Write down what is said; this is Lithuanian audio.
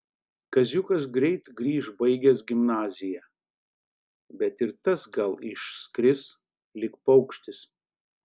kaziukas greit grįš baigęs gimnaziją bet ir tas gal išskris lyg paukštis